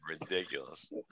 ridiculous